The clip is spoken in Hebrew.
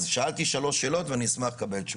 אז שאלתי שלוש שאלות ואני אשמח לקבל תשובות.